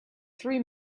three